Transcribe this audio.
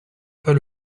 pas